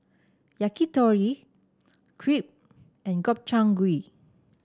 Yakitori Crepe and Gobchang Gui